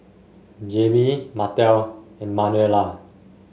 Jaime Martell and Manuela